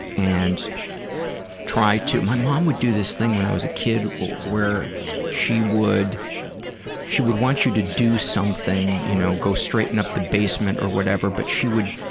and try to. my mom would do this thing when i was a kid where she would she would want you to do something, you know, go straighten out the basement or whatever, but she would.